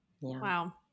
Wow